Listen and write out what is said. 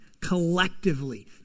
collectively